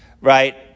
right